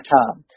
time